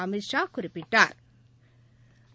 அமித்ஷா குறிப்பிட்டாா்